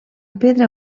pedra